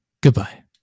Goodbye